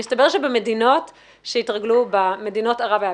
מסתבר שבמדינות שהתרגלו במדינות ערב היה